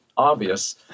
obvious